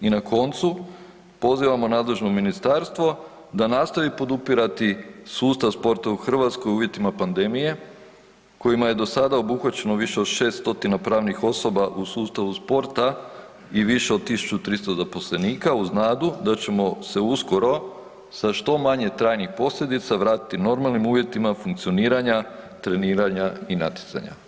I na koncu pozivamo nadležno ministarstvo da nastoji podupirati sustav sportova u Hrvatskoj u uvjetima pandemije kojima je do sada obuhvaćeno više od 600 pravnih osoba u sustavu sporta i više od 1300 zaposlenika uz nadu da ćemo se uskoro sa što manje trajnih posljedica vratiti normalnim uvjetima funkcioniranja, treniranja i natjecanja.